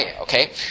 okay